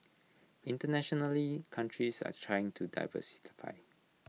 internationally countries are trying to